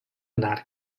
not